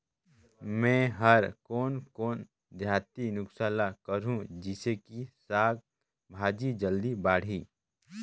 मै हर कोन कोन देहाती नुस्खा ल करहूं? जिसे कि साक भाजी जल्दी बाड़ही?